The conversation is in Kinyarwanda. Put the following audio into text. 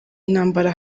intambara